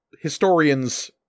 historians